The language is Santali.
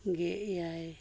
ᱜᱮ ᱮᱭᱟᱭ